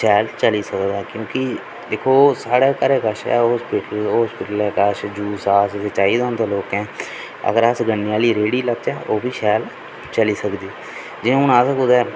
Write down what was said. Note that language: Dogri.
शैल चली सकदा क्योंकि दिक्खो साढ़े घरै कश अस्पताल ऐ अस्पतालें ओह्ले कश जूस जास चाहिदा होंदा लोकें अगर अस जूस जास अगर अस गन्ने आह्ली रेह्ड़ी लाह्चै ओह् बी शैल चली सकदी जि'यां हून अस कुतै